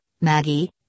Maggie